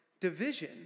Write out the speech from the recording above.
division